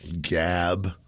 Gab